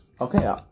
Okay